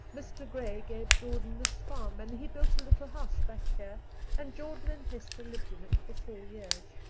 mr. gray gave jordan this farm and he built a little house back here and jordan and hester lived in it for four years.